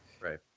Right